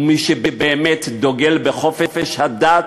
ומי שבאמת דוגל בחופש הדת,